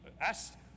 ask